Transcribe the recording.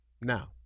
Now